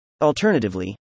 Alternatively